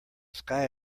sky